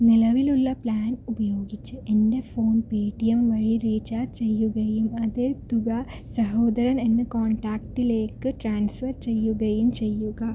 നിലവിലുള്ള പ്ലാൻ ഉപയോഗിച്ച് എൻ്റെ ഫോൺ പേടിഎം വഴി റീചാർജ് ചെയ്യുകയും അതേ തുക സഹോദരൻ എന്ന കോൺടാക്റ്റിലേക്ക് ട്രാൻസ്ഫർ ചെയ്യുകയും ചെയ്യുക